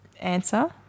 Answer